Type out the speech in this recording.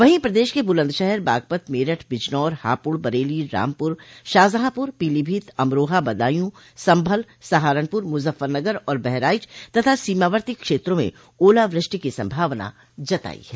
वहीं प्रदेश के बुलन्दशहर बागपत मेरठ बिजनौर हापुड़ बरेली रामपुर शाहजहांपुर पीलीभीत अमरोहा बदायूं संभल सहारपुर मुजफ्फरनगर और बहराइच तथा सीमावर्ती क्षेत्रों में ओलावृष्टि की संभावना जताई है